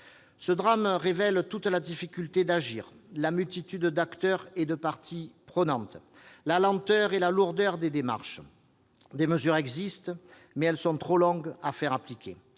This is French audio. Ce drame révèle toute la difficulté d'agir, la multitude d'acteurs et de parties prenantes, la lenteur et la lourdeur des démarches. Les mesures existent, mais elles sont trop longues à faire appliquer.